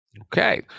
Okay